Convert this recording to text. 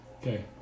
Okay